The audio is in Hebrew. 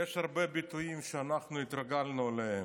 יש הרבה ביטויים שאנחנו התרגלנו אליהם,